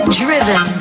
driven